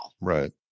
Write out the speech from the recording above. Right